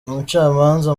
umucamanza